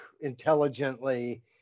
intelligently